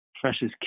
precious